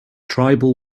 tribal